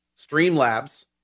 Streamlabs